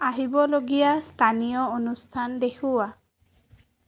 আহিবলগীয়া স্থানীয় অনুষ্ঠান দেখুওৱা